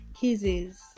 Kisses